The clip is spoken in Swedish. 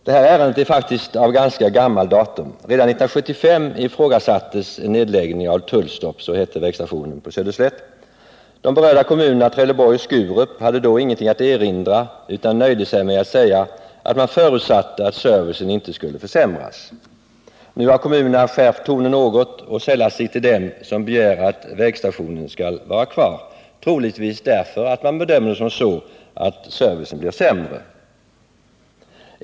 Det här ärendet är faktiskt av ganska gammalt datum. Redan 1975 ifrågasattes en nedläggning av Tullstorp— så heter vägstationen på Söderslätt. De berörda kommunerna, Trelleborg och Skurup, hade då ingenting att erinra, utan nöjde sig med att säga att man förutsatte att servicen inte skulle försämras. Nu har kommunerna skärpt tonen något och sällat sig till dem som begär att vägstationen skall vara kvar, troligtvis därför att man befarar att servicen annars skulle bli sämre.